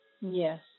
Yes